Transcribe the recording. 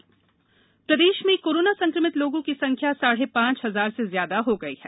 प्रदेश corona प्रदेश में corona संक्रमित लोगों की संख्या साढ़े पांच हजार से ज्यादा हो गई है